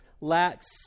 lacks